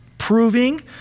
Proving